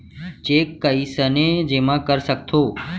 Cheque कईसने जेमा कर सकथो?